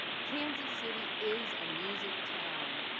kansas city is a music town.